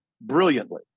brilliantly